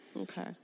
Okay